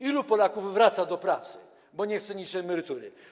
Ilu Polaków wraca do pracy, bo nie chce niższej emerytury?